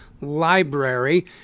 Library